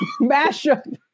Mashup